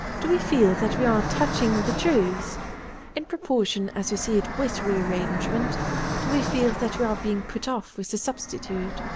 do we feel that we are touching the truth in proportion as we see it with reaitangement do we feel that we are being put off with a substitute,